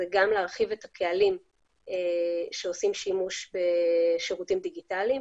הן גם להרחיב את הקהלים שעושים שימוש בשירותים דיגיטליים,